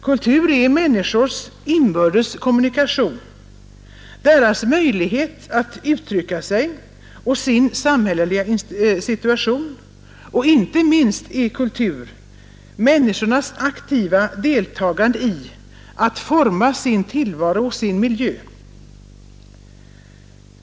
Kultur är människors inbördes kommunikation, deras möjlighet att uttrycka sig och sin samhälleliga situation och inte minst — deras aktiva deltagande i att forma sin tillvaro och miljö.